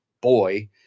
boy